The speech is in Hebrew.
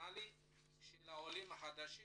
מקסימלי של העולים החדשים